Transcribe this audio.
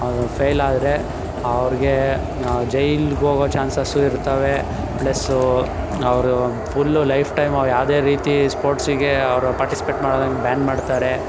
file ಆದರೆ ಅವ್ರಿಗೆ ಜೈಲ್ಗೋಗೋ ಚಾನ್ಸಸ್ಸೂ ಇರ್ತಾವೆ ಪ್ಲಸ್ಸೂ ಅವರು ಫುಲ್ಲು ಲೈಫ್ಟೈಮು ಯಾವ್ದೇ ರೀತಿ ಸ್ಪೋರ್ಟ್ಸಿಗೆ ಅವರು ಪಾರ್ಟಿಸಿಪೇಟ್ ಮಾಡದಂಗೆ ಬ್ಯಾನ್ ಮಾಡ್ತಾರೆ